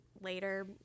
later